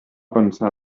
pensar